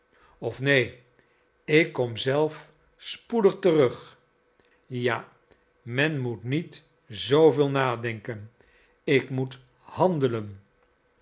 of neen ik kom zelf spoedig terug ja men moet niet zooveel denken ik moet handelen